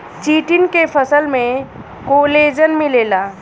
chitin के फसल में कोलेजन मिलेला